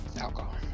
Alcohol